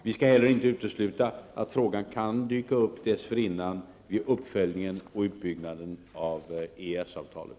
Vi skall heller inte utesluta att frågan kan dyka upp dessförinnan vid uppföljningen och utbyggnaden av EES-avtalet.